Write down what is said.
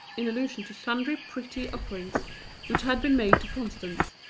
in allusion to sundry pretty offerings which had been made to constance.